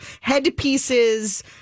headpieces